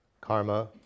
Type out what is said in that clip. karma